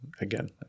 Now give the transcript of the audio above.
again